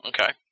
Okay